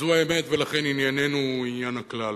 זו האמת, ולכן ענייננו הוא עניין הכלל.